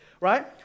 right